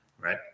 right